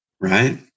right